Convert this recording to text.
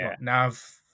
Nav